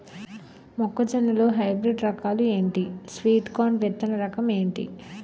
మొక్క జొన్న లో హైబ్రిడ్ రకాలు ఎంటి? స్వీట్ కార్న్ విత్తన రకం ఏంటి?